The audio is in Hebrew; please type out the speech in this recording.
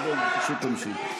בושה, ירדנה, פשוט תמשיכי.